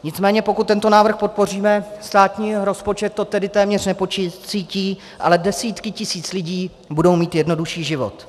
Nicméně pokud tento návrh podpoříme, státní rozpočet to tedy téměř nepocítí, ale desítky tisíc lidí budou mít jednodušší život.